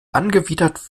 angewidert